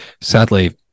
sadly